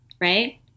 right